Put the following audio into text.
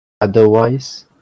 otherwise